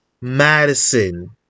Madison